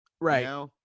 Right